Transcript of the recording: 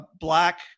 black